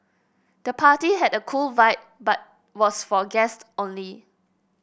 the party had a cool vibe but was for guests only